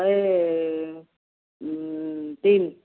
ଏ ତିନି